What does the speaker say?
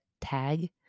tag